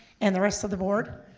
and the rest of the board.